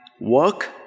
work